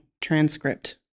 transcript